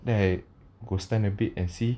then I gostan a bit and see